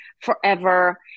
forever